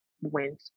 went